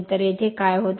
तर येथे काय होत आहे